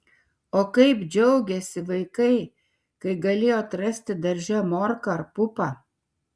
o kaip džiaugėsi vaikai kai galėjo atrasti darže morką ar pupą